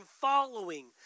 following